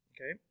Okay